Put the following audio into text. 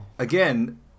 Again